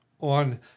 on